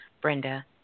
Brenda